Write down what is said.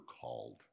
called